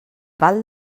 pal